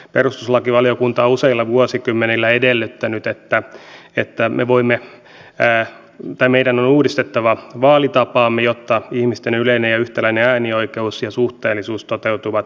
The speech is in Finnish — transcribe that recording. perustuslakivaliokunta on useilla vuosikymmenillä edellyttänyt että meidän on uudistettava vaalitapaamme jotta ihmisten yleinen ja yhtäläinen äänioikeus ja suhteellisuus toteutuvat paremmin